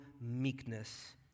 meekness